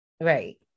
right